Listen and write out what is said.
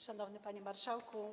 Szanowny Panie Marszałku!